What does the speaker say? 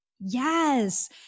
Yes